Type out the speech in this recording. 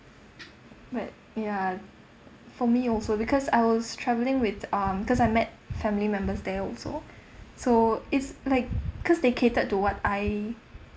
but ya for me also because I was travelling with um because I met family members there also so it's like cause they catered to what I